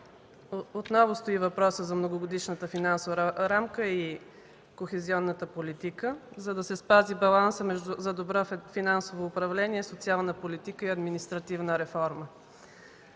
отново стои въпросът за Многогодишната финансова рамка и кохезионната политика, за да се спази балансът за доброто финансово управление, социална политика и административна реформа.